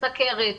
סכרת,